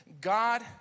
God